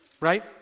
right